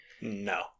No